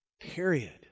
period